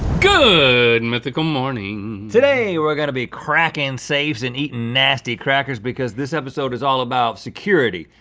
good and mythical morning. today we're gonna be cracking and safes and eating nasty crackers because this episode is all about security.